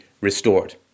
restored